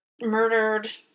murdered